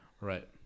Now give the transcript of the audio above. right